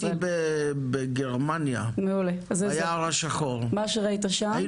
הייתי בגרמניה ביער השחור, שם